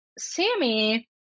Sammy